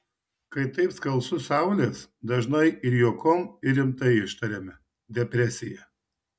kai taip skalsu saulės dažnai ir juokom ir rimtai ištariame depresija